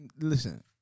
Listen